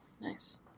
Nice